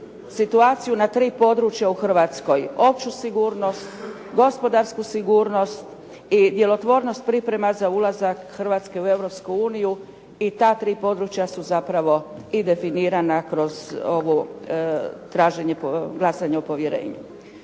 situaciju na 3 područja u Hrvatskoj. Opću sigurnost, gospodarsku sigurnost i djelotvornost priprema za ulazak Hrvatske u Europsku uniju i ta tri područja su zapravo i definirana kroz ovo glasanje o povjerenju.